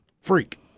Freak